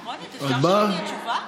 שלא תהיה תשובה?